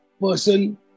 person